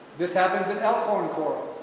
this happens in elkhorn coral.